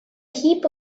heap